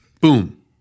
Boom